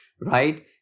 right